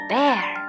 Bear